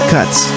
Cuts